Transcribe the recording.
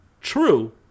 true